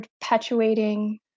perpetuating